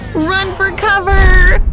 run for cover!